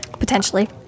Potentially